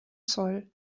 zoll